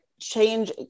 change